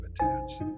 habitats